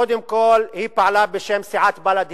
קודם כול, היא פעלה בשם סיעת בל"ד.